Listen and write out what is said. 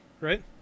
right